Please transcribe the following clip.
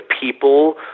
people